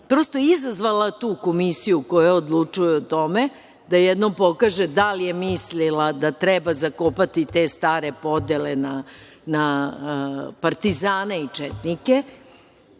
prosto, izazvala tu komisiju koja odlučuje o tome da jednom pokaže da li je mislila da treba zakopati te stare podele na partizane i četnike